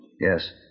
Yes